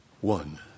One